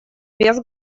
без